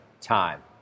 time